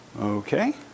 Okay